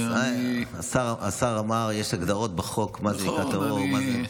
השר אמר שיש הגדרות בחוק מה זה טרור.